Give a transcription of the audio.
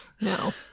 No